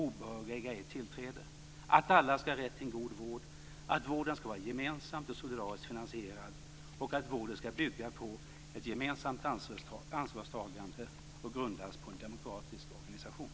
Obehöriga äga ej tillträde", · att alla ska ha rätt till en god vård, · att vården ska vara gemensamt och solidariskt finansierad, · att vården ska bygga på ett gemensamt ansvarstagande och grundas på en demokratisk organisation.